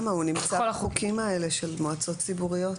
הוא נמצא בחוקים האלה של מועצות ציבוריות.